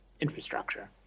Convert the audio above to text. infrastructure